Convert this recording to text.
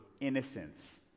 innocence